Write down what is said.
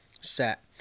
set